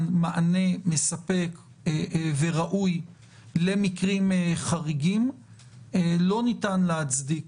מענה מספק וראוי למקרים חריגים לא ניתן להצדיק